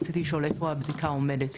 רציתי לשאול איפה עומדת הבדיקה,